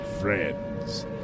friends